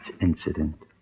incident